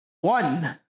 one